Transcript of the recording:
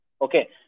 Okay